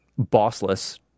bossless